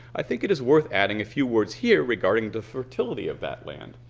i think it is worth adding a few words here regarding the fertility of that land.